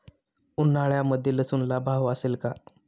उन्हाळ्यामध्ये लसूणला भाव असेल का?